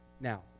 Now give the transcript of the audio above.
Now